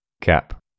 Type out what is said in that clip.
Cap